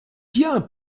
bien